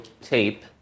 tape